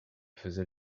faisait